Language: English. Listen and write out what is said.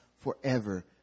forever